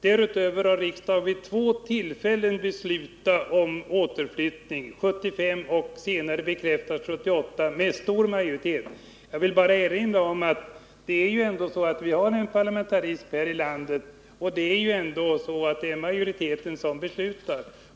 Därutöver har riksdagen vid två tillfällen beslutat om återflyttning, nämligen 1975 och 1978, då det första beslutet bekräftades med stor majoritet. Jag vill erinra om att vi ändå har en parlamentarism här i landet och att det är majoriteten som fattar besluten.